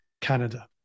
canada